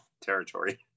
territory